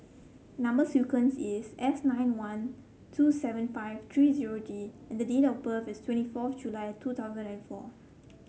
number sequence is S nine one two seven five three zero D and date of birth is twenty fourth July two thousand and four